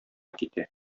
китә